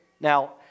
Now